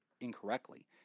incorrectly